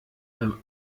beim